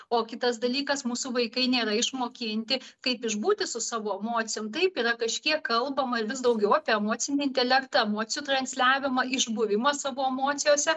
o kitas dalykas mūsų vaikai nėra išmokinti kaip išbūti su savo emocijom taip yra kažkiek kalbama ir vis daugiau apie emocinį intelektą emocijų transliavimą iš buvimo savo emocijose